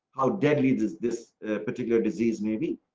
how deadly does this particular disease? maybe.